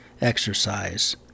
exercise